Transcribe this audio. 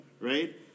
right